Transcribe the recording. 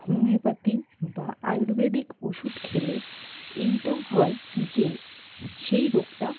homeopathy বা আয়ুর্বেদিক ওষুধ খেলে এইটা হয় যে সেই রোগটা